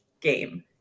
game